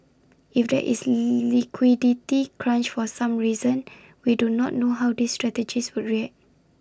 if there is lee liquidity crunch for some reason we do not know how these strategies would ray